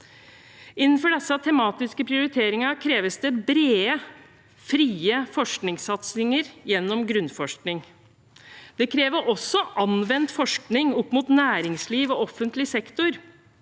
Innenfor disse tematiske prioriteringene kreves det brede, frie forskningssatsinger gjennom grunnforskning. Det kreves også anvendt forskning opp mot næringsliv og offentlig sektor.